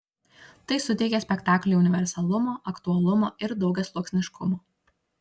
tai suteikia spektakliui universalumo aktualumo ir daugiasluoksniškumo